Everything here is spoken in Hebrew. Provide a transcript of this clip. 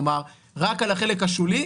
כלומר רק על החלק השולי,